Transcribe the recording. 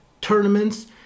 tournaments